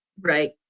Right